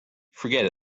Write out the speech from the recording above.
forget